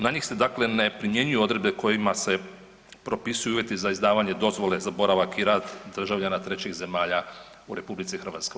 Na njih se dakle ne primjenjuju odredbe kojima se propisuju uvjeti za izdavanje dozvole za boravak i rad državljana trećih zemalja u RH.